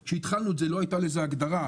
כשהתחלנו את זה לא הייתה לזה הגדרה,